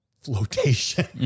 flotation